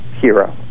hero